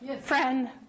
friend